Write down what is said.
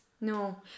No